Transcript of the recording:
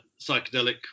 psychedelic